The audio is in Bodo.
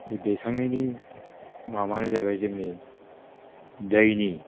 बे दैखांनायनि माबायानो जाबाय जोंनि दैनि